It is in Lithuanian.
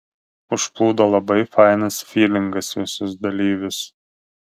užplūdo labai fainas fylingas visus dalyvius